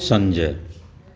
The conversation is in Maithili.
संजय